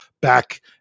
back